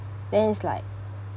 then it's like